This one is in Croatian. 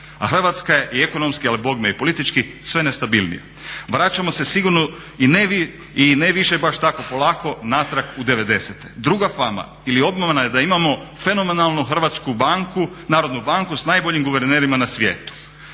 Hrvatska je ekonomski ali bogme i politički sve nestabilnija. Vraćamo se sigurno i ne više baš tako polako natrag u '90. Druga fama ili obmana je da imamo fenomenalnu Hrvatsku narodnu banku s najboljim guvernerima na svijetu.